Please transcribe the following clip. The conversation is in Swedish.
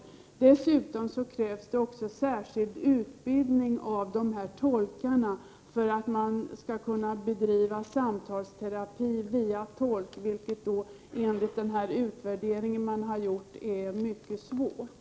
Dessutom krävs särskild utbildning av tolkarna för att man skall kunna bedriva samtalsterapi via tolk vilket, enligt den utvärdering som gjorts, är mycket svårt.